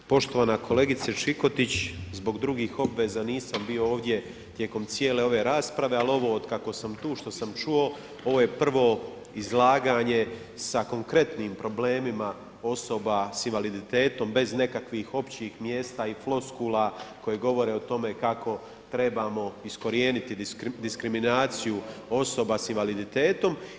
Poštovana kolegice Čikotić, zbog drugih obaveza nisam bio ovdje tijekom cijele ove rasprave, ali ovo od kako sam tu, što sam čuo, ovo je prvo izlaganje sa konkretnim problemima osoba sa invaliditetom bez nekakvih općih mjesta i floskula koje govore o tome kako trebamo iskorijeniti diskriminaciju osoba s invaliditetom.